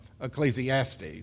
Ecclesiastes